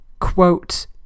Quote